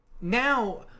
now